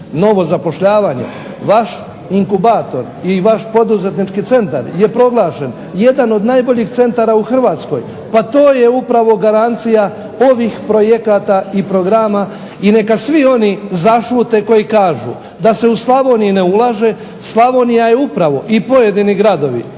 novo zapošljavanje. Vaš inkubator i vaš poduzetnički centar je proglašen jedan od najboljih centara u HRvatskoj. Pa to je upravo garancija ovih projekata i programa i neka svi oni zašute koji kažu da se u Slavoniji ne ulaže. Slavonija je upravo i pojedini gradovi